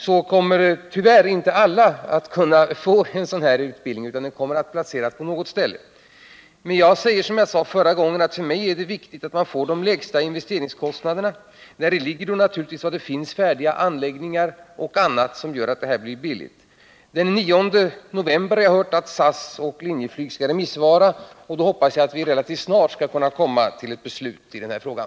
Men tyvärr kommer inte alla att kunna få den här utbildningen, eftersom den måste förläggas till ert ställe. Men jag säger som jag sade förra gången: För mig är det viktigt att man får lägsta möjliga investeringskostnader, och det får man naturligtvis där det finns färdiga anläggningar och annat som gör att det blir billigt. Jag har hört att SAS och Linjeflyg den 9 november skall lämna remissvar, och jag hoppas att vi relativt snart skall kunna komma fram till ett beslut i den här frågan.